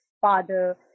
father